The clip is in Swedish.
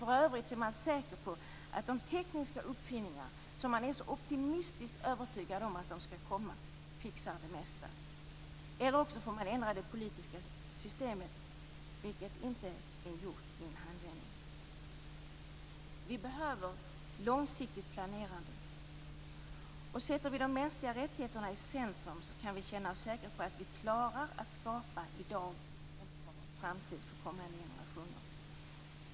För övrigt är man säker på att de tekniska uppfinningar som man är så optimistiskt övertygad om skall komma fixar det mesta. Eller också får man ändra det politiska systemet, vilket inte är gjort i en handvändning. Vi behöver långsiktigt planerande. Sätter vi de mänskliga rättigheterna i centrum kan vi känna oss säkra på att vi i dag klarar att skapa en bra framtid för kommande generationer.